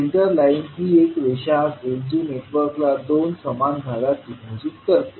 centre line ही एक रेषा असेल जी नेटवर्कला दोन समान भागात विभाजित करते